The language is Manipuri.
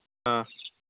ꯑꯥ